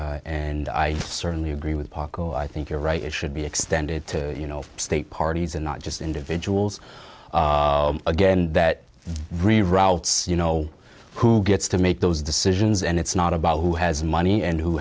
t and i certainly agree with i think you're right it should be extended to you know state parties and not just individuals again that reroutes you know who gets to make those decisions and it's not about who has money and who